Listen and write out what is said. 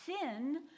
sin